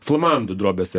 flamandų drobėse